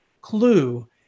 clue